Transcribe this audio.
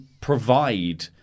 provide